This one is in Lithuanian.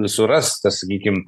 suras tas sakykim